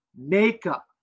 makeup